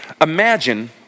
Imagine